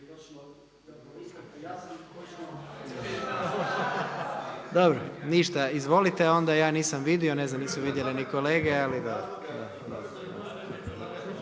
Ništa, izvolite. Onda ja nisam vidio, ne znam nisu vidjele ni kolege ali